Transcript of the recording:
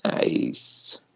Nice